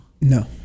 No